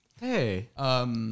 Hey